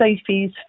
Sophie's